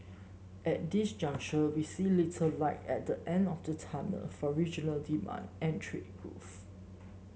at this juncture we see little light at the end of the tunnel for regional demand and trade growth